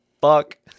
fuck